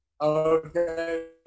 Okay